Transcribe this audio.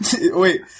Wait